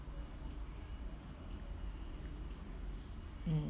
mm